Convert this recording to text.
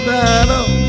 battle